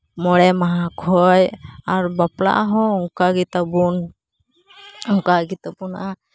ᱢᱚᱬᱮ ᱢᱟᱦᱟ ᱠᱷᱚᱱ ᱟᱨ ᱵᱟᱯᱞᱟ ᱦᱚᱸ ᱚᱱᱠᱟ ᱜᱮᱛᱟ ᱵᱚᱱᱟ ᱚᱱᱠᱟ ᱜᱮᱛᱟ ᱵᱚᱱᱟ